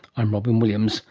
i'm robyn williams